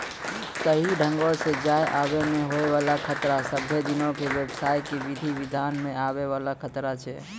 सही ढंगो से जाय आवै मे होय बाला खतरा सभ्भे दिनो के व्यवसाय के विधि विधान मे आवै वाला खतरा छै